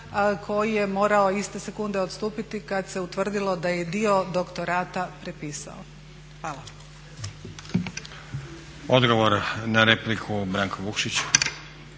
koji je morao iste sekunde odstupiti kad se utvrdilo da je dio doktorata prepisao. Hvala. **Stazić, Nenad (SDP)** Odgovor na repliku, Branko Vukšić.